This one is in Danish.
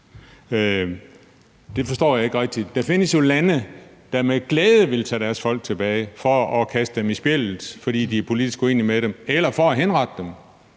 Det forstår jeg ikke rigtig. Der findes jo lande, der med glæde ville tage deres folk tilbage for at kaste dem i spjældet, fordi de er politisk uenige med dem, eller for at henrette dem.